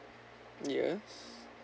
yes